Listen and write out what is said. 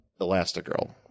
Elastigirl